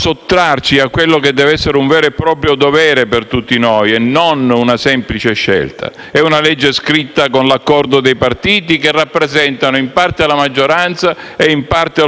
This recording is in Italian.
La tecnica è nota: quella di dire sempre «no»,